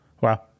wow